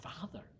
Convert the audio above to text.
Father